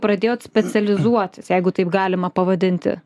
pradėjot specializuotis jeigu taip galima pavadinti